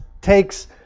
takes